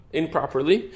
improperly